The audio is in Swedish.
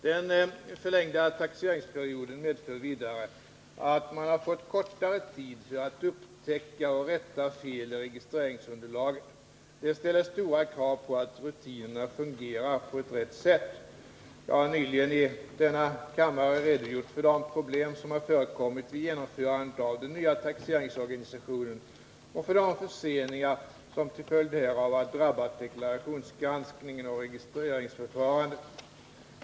Den förlängda taxeringsperioden medför vidare att man fått kortare tid för att upptäcka och rätta feli registreringsunderlaget. Detta ställer stora krav på att rutinerna fungerar på rätt sätt. Jag har nyligen i denna kammare redogjort för de problem som har förekommit vid genomförandet av den nya taxeringsorganisationen och för de förseningar som till följd härav har drabbat deklarationsgranskningen och registreringsförfarandet.